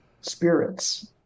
spirits